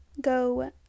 go